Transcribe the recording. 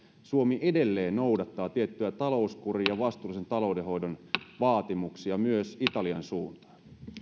suomi edelleen noudattaa tiettyä talouskuria ja vastuullisen taloudenhoidon vaatimuksia myös italian suuntaan